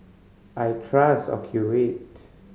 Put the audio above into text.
I trust Ocuvite